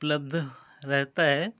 उप्लब्ध रहता है